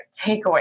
takeaway